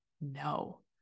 no